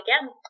again